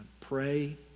pray